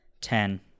Ten